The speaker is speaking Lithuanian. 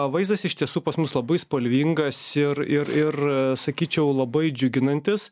vaizdas iš tiesų pas mus labai spalvingas ir ir ir sakyčiau labai džiuginantis